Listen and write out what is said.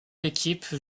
équipes